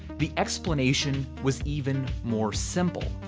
the explanation was even more simple.